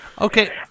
Okay